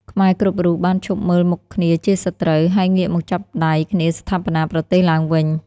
ខ្មែរគ្រប់រូបបានឈប់មើលមុខគ្នាជាសត្រូវ ហើយងាកមកចាប់ដៃគ្នាស្ថាបនាប្រទេសឡើងវិញ។